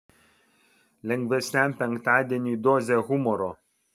lengvesniam penktadieniui dozė humoro